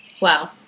Wow